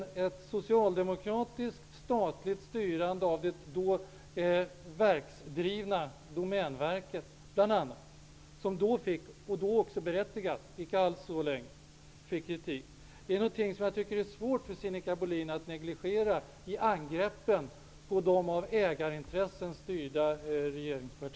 Det socialdemokratiska, statliga styrandet bl.a. av det då verksdrivna Domänverket -- som då fick berättigad kritik -- måste vara svårt för Sinikka Bohlin att negligera i samband med angreppen mot